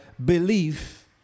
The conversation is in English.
Belief